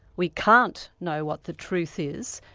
we can't know what the truth is,